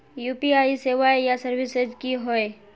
UPI सेवाएँ या services की होय?